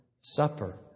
supper